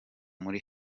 muri